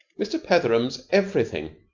mr. petheram's everything.